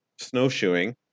snowshoeing